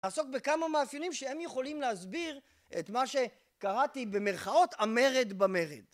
נעסוק בכמה מאפיינים, שהם יכולים להסביר, את מה שקראתי במרכאות "המרד במרד"